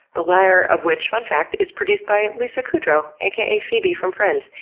the latter of which, fun fact, is produced by lisa kudrow a k a. phoebe from friends,